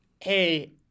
hey